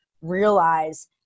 realize